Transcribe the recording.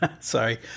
Sorry